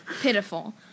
Pitiful